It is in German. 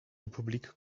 republik